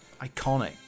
Iconic